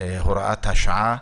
הוראת השעה.